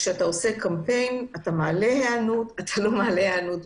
כשאתה עושה קמפיין אתה מעלה היענות אבל לא תמיד מגיעים